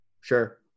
sure